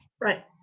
Right